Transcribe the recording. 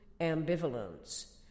Ambivalence